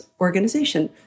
organization